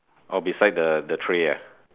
oh beside the the tray ah